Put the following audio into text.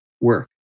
work